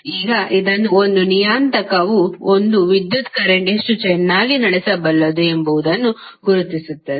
ಈಗ ಇದನ್ನು ಒಂದು ನಿಯತಾಂಕವು ಒಂದು ವಿದ್ಯುತ್ ಕರೆಂಟ್ ಎಷ್ಟು ಚೆನ್ನಾಗಿ ನಡೆಸಬಲ್ಲದು ಎಂಬುದನ್ನು ಗುರುತಿಸುತ್ತದೆ